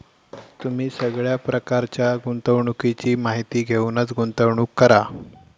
तुम्ही सगळ्या प्रकारच्या गुंतवणुकीची माहिती घेऊनच गुंतवणूक करा